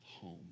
home